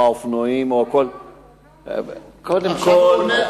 לאופנוענים, לא אמרו כלום.